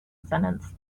sentence